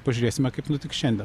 pažiūrėsime kaip nutiks šiandien